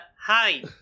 hi